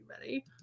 ready